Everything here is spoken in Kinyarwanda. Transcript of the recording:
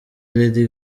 lady